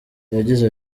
yagize